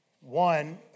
One